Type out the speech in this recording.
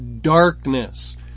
darkness